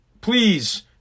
please